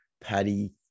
paddy